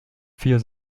vier